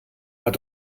hat